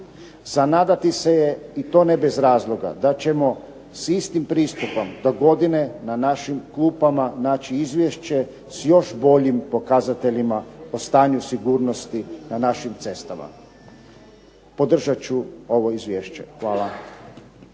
Za nadati se je, i to ne bez razloga, da ćemo s istim pristupom dogodine na našim klupama naći izvješće s još boljim pokazateljima o stanju sigurnosti na našim cestama. Podržat ću ovo izvješće. Hvala.